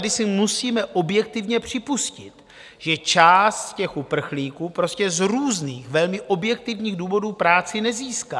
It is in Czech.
Tady si musíme objektivně připustit, že část uprchlíků z různých, velmi objektivních důvodů práci nezíská.